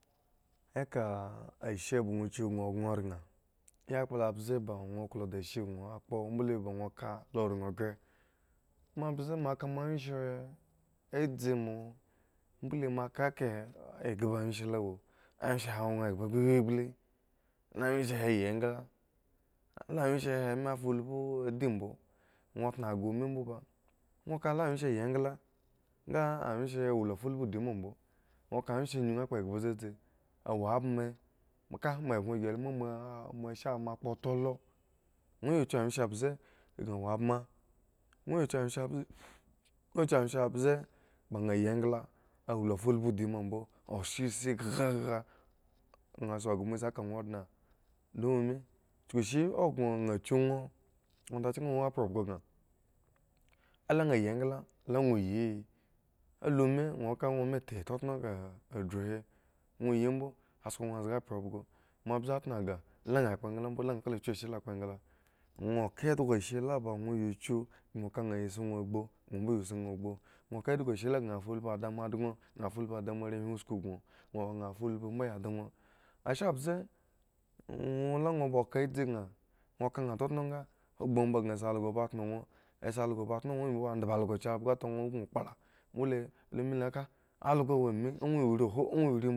Eka ashe boŋ kyu boŋ gŋo ran yakpla mbze ba ŋwo klo da asheakpo mbole ba ŋw ka lo ranghre moa mbze a ka moa wyenshe a dze moa mbole moa kakahe eghba wyen lo wo awyen she he awon eghba ngbangadi mbo ŋwo tnogah ome mbo mba ŋwo ka la wyen she yi engla nga awyen she he wo la fullhu di ma mbo ŋwo ka wyenshe anyun kpo eghba dzedze awo adme ka moa eggon lu la ma moa she abme kpo tpo toh oto ŋwo ya kyu wyen she mbze wo abme nwo ya kyu wyen she mbze ŋwo kyu wyen she mbze baŋ nha yi engla awola fulhu di ma mbo oshyesikhakha ŋha si ghba si ka ŋwo dne lo wo mi chuku shi o kyu ŋwo onda chki ŋwo wo abhro bhgo karo a la nha yyi engla le wo yi a lu mi ŋwo ka ŋwo me nga akhu hi ŋwo yimbo a sko ŋwo zga abhro bhgo moa mbze tnogah la ŋha kpo engla mbo la nha klo kyu ashe la kpo engla ŋwo ka endhgo ashe la ba nko ya kyu gno ka ya si ŋwo ya gbu bon mbo yas nha gbu ŋwo ka endhgo a she la ya fulbhim don la moa adoŋ fulbhu da moarehwin usku gno nuro kan inbo ya fallhhu mbo adon. Ashe mbze ŋwo la ŋwo ba ka adzi kan ŋwo ka nha tnotno nga gbu omba bansi also ba dno dwo asi dno ŋwo yi ngyi mboba a dhba algo chiabhgo da ŋuro ukun kpla mbole lu mile ka also wo mi aŋuwo ya rii hwoh a nuro ya rii mbo ah woh.